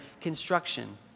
construction